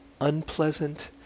Unpleasant